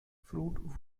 fruit